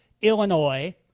Illinois